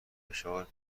فشار